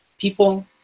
people